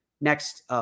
next